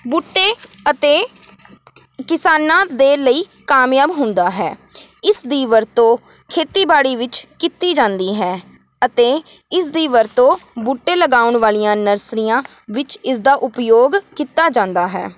ਬੂਟੇ ਅਤੇ ਕਿਸਾਨਾਂ ਦੇ ਲਈ ਕਾਮਯਾਬ ਹੁੰਦਾ ਹੈ ਇਸ ਦੀ ਵਰਤੋਂ ਖੇਤੀਬਾੜੀ ਵਿੱਚ ਕੀਤੀ ਜਾਂਦੀ ਹੈ ਅਤੇ ਇਸ ਦੀ ਵਰਤੋਂ ਬੂਟੇ ਲਗਾਉਣ ਵਾਲੀਆਂ ਨਰਸਰੀਆਂ ਵਿੱਚ ਇਸ ਦਾ ਉਪਯੋਗ ਕੀਤਾ ਜਾਂਦਾ ਹੈ